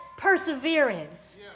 Perseverance